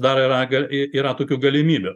dar yra ga yra tokių galimybių